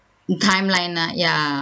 timeline ah ya